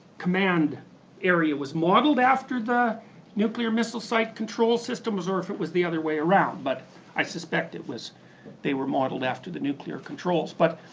command area was modeled after the nuclear missile site control systems or if it was the other way around but i suspect it was that they were modeled after the nuclear controls but